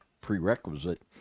prerequisite